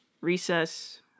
Recess